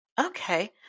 Okay